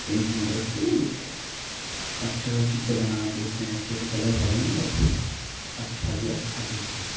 pen की मदद से एक अच्छा सा चित्र बनाकर उसमें अच्छे से कलर भरेंगे और अच्छा जो अच्छा देखिए